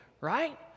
right